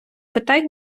питай